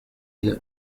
mille